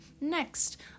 Next